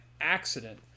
accident